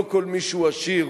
לא כל מי שהוא עשיר